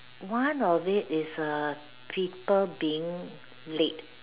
one of it is people being late